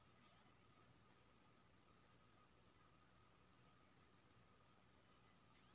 हमर सिबिल सात सौ से निचा छै ओकरा से हमरा लोन भेटय में दिक्कत त नय अयतै ने?